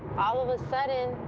all of a sudden,